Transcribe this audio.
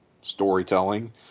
storytelling